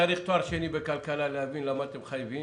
צריך תואר שני בכלכלה להבין למה אתם מחייבים